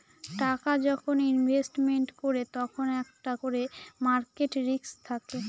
টাকা যখন ইনভেস্টমেন্ট করে তখন একটা করে মার্কেট রিস্ক থাকে